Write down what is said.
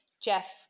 Jeff